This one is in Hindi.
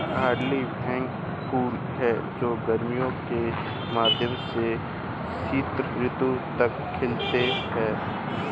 डहलिया भव्य फूल हैं जो गर्मियों के मध्य से शरद ऋतु तक खिलते हैं